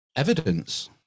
Evidence